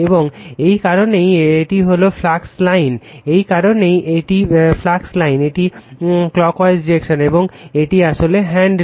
এবং এই কারণেই এটি হলো ফ্লাক্স লাইন এই কারণেই এটি ফ্লাক্স লাইন এটি ক্লকওয়াইজ ডিরেকশন এবং এটি আসলে হ্যান্ড রুল